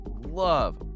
love